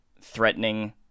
threatening